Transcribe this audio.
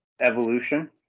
evolution